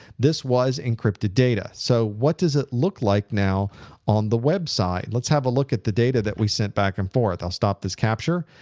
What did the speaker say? this was encrypted data. so what does it look like now on the website? let's have a look at the data that we sent back and forth. i'll stop this capture.